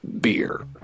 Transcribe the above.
beer